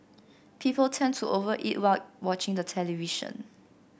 people tend to over eat while watching the television